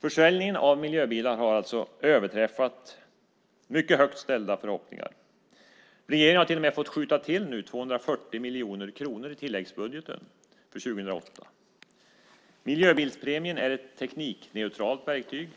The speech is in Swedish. Försäljningen av miljöbilar har alltså överträffat mycket stora förhoppningar. Regeringen har till och med fått skjuta till 240 miljoner kronor i tilläggsbudgeten för 2008. Miljöbilspremien är ett teknikneutralt verktyg.